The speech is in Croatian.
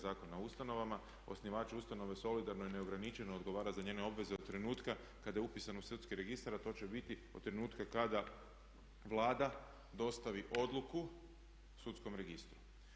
Zakona o ustanovama osnivači ustanove solidarno i neograničeno odgovara za njene obveze od trenutka kada je upisan u sudski registar, a to će biti od trenutka kada Vlada dostavi odluku sudskom registru.